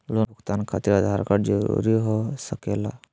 Loan भुगतान खातिर Aadhaar card जरूरी हो सके ला?